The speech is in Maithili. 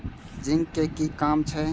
जिंक के कि काम छै?